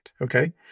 okay